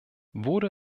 wurde